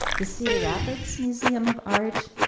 the cedar rapids museum of art,